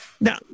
Now